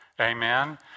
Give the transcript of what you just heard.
Amen